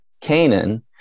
Canaan